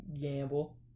Gamble